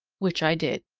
which i did.